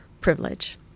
privilege